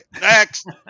Next